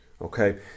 Okay